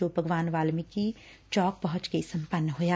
ਜੋ ਭਗਵਾਨ ਬਾਲਮੀਕੀ ਚੌਕ ਪਹੁੰਚ ਕੇ ਸੰਪਨ ਹੋਇਆ